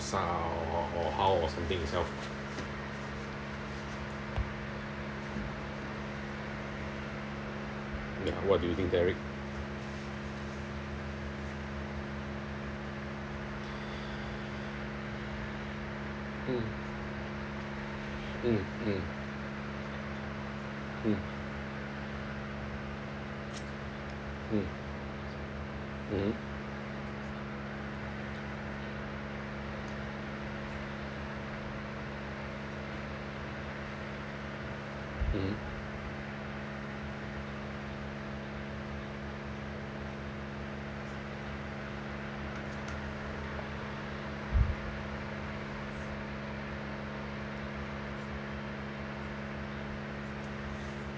uh or or or how or something itself ya what do you think derek mm mm mm mm mm mmhmm mmhmm